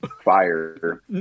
fire